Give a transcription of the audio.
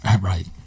Right